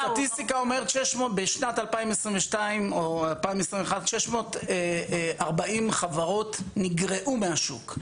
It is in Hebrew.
הסטטיסטיקה אומרת 600 בשנת 2022 או 2021. 640 חברות נגרעו מהשוק.